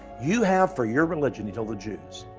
you have for your religion, he told the jews,